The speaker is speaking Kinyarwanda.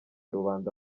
rubanda